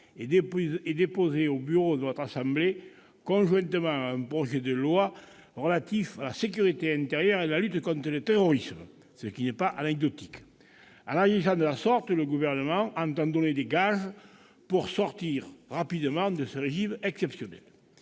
et déposée sur le bureau de notre assemblée conjointement à un projet de loi relatif à la sécurité intérieure et à la lutte contre le terrorisme, ce qui n'est pas anecdotique. En agissant de la sorte, le Gouvernement entend donner des gages pour une sortie rapide de ce régime exceptionnel.